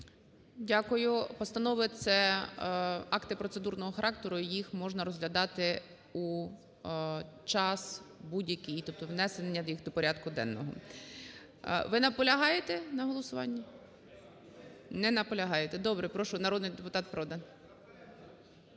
Дякую. Постанови – це акти процедурного характеру, і їх можна розглядати у час будь-який, тобто внесення їх до порядку денного. Ви наполягаєте на голосуванні? Не наполягаєте. Добре. Прошу, народний депутат Продан.